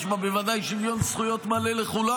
שיש בה בוודאי שוויון זכויות מלא לכולם.